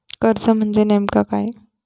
कर्ज म्हणजे नेमक्या काय?